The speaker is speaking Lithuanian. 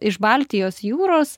iš baltijos jūros